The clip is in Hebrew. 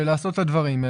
ולעשות את הדברים,